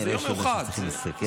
עוד צריכים לסכם.